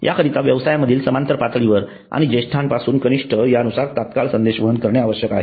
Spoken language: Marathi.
याकरीता व्यवसायामधील समांतर पातळीवर आणि जेष्ठांपासून कनिष्ठ यानुसार तात्काळ संदेशवहन आवश्यक आहे